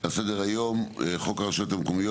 על סדר-היום: חוק הרשויות המקומיות